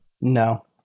No